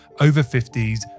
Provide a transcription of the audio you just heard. over-50s